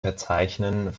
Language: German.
verzeichnen